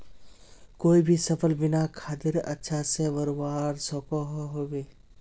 कोई भी सफल बिना खादेर अच्छा से बढ़वार सकोहो होबे?